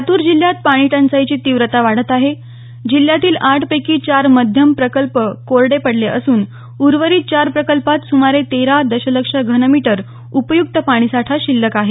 लातूर जिल्ह्यात पाणी टंचाईची तीव्रता वाढत आहे जिल्ह्यातील आठपैकी चार मध्यम प्रकल्प कोरडे पडले असून उर्वरित चार प्रकल्पात सुमारे तेरा दशलक्ष घनमीटर उपयुक्त पाणी साठा शिल्लक आहे